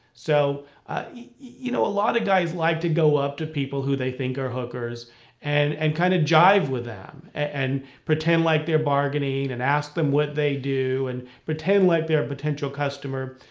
so you know a lot of guys like to go up to people who they think are hookers and and kind of jive with them and pretend like they're bargaining and ask them what they do and pretend like they're a potential customer.